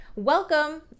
Welcome